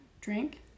drink